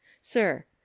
Sir